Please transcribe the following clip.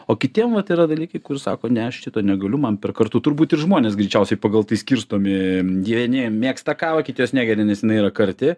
o kitiem vat yra dalykai kur sako ne aš šito negaliu man per kartu turbūt ir žmonės greičiausiai pagal tai skirstomi vieni mėgsta kavą kiti jos negeria nes jinai yra karti